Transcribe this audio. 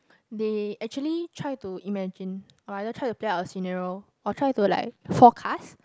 they actually try to imagine or either try to play our scenario or try to like forecast